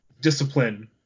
discipline